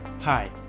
Hi